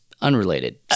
Unrelated